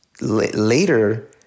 later